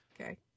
Okay